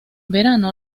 verano